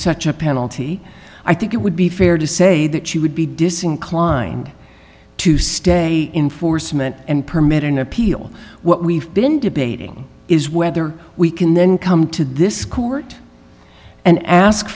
such a penalty i think it would be fair to say that she would be disinclined to stay in for cement and permit an appeal what we've been debating is whether we can then come to this court and ask